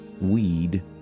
weed